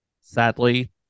Sadly